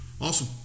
Awesome